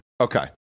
Okay